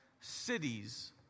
cities